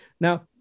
Now